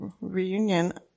reunion